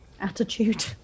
attitude